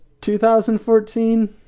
2014